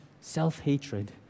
self-hatred